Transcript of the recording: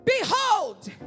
behold